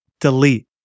delete